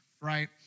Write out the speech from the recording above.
right